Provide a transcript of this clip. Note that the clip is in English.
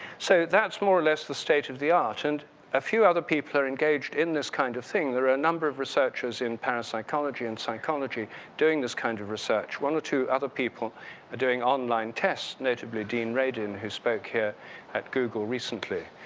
so, that's more or less the state of the art and a few other people are engaged in this kind of thing. there are number of researchers in parapsychology and psychology doing this kind of research. one or two other people are doing online test, notably, dean radin who spoke here at google recently.